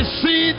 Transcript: see